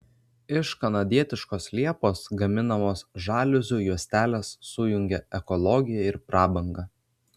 iš kanadietiškos liepos gaminamos žaliuzių juostelės sujungia ekologiją ir prabangą